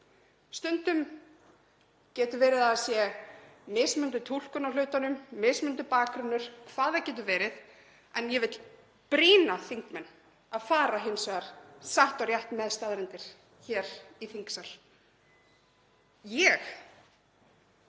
Stundum getur verið að það sé mismunandi túlkun á hlutunum, mismunandi bakgrunnur, hvað það getur verið. En ég vil brýna þingmenn að fara hins vegar satt og rétt með staðreyndir hér í þingsal. Ég